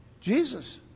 Jesus